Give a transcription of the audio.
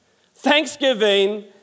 Thanksgiving